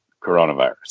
coronavirus